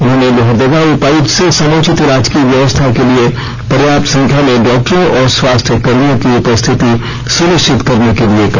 उन्होंने लोहरदगा उपायुक्त से समुचित इलाज की व्यवस्था के लिए पर्याप्त संख्या में डॉक्टरों और स्वास्थ्य कर्मियों की उपस्थिति सुनिश्चित करने के लिए कहा